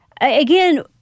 Again